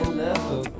love